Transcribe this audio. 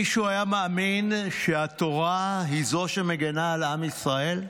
מישהו היה מאמין שהתורה היא זו שמגינה על עם ישראל?